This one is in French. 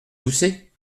gousset